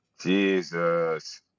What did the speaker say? Jesus